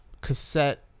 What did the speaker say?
cassette